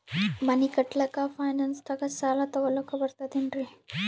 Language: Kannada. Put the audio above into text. ಮನಿ ಕಟ್ಲಕ್ಕ ಫೈನಾನ್ಸ್ ದಾಗ ಸಾಲ ತೊಗೊಲಕ ಬರ್ತದೇನ್ರಿ?